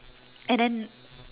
and then